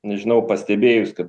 nežinau pastebėjus kad